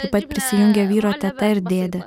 taip pat prisijungė vyro teta ir dėdė